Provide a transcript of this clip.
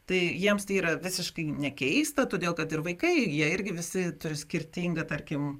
tai jiems tai yra visiškai nekeista todėl kad ir vaikai jie irgi visi turi skirtingą tarkim